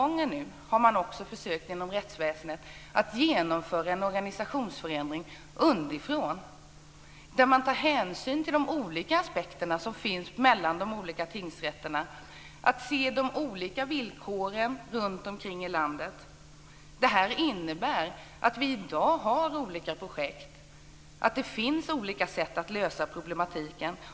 Nu har man för första gången inom rättsväsendet försökt genomföra en organisationsförändring underifrån där man tar hänsyn till de olika aspekter som finns när det gäller de olika tingsrätterna och ser de olika villkoren runtomkring i landet. Det här innebär att vi i dag har olika projekt och att det finns olika sätt att lösa problematiken.